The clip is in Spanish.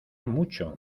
mucho